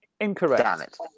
Incorrect